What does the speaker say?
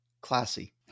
classy